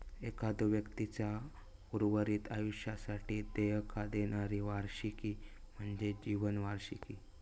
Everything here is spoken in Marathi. एखाद्यो व्यक्तीचा उर्वरित आयुष्यासाठी देयका देणारी वार्षिकी म्हणजे जीवन वार्षिकी